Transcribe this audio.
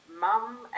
mum